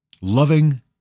Loving